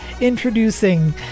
introducing